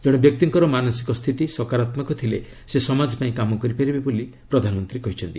ଜଣେ ବ୍ୟକ୍ତିଙ୍କର ମାନସିକ ସ୍ଥିତି ସକାରାତ୍ମକ ଥିଲେ ସେ ସମାଜ ପାଇଁ କାମ କରିପାରିବେ ବୋଲି ପ୍ରଧାନମନ୍ତ୍ରୀ କହିଛନ୍ତି